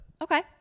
Okay